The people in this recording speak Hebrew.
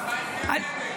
חיים גן עדן.